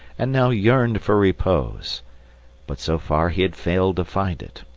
and now yearned for repose but so far he had failed to find it,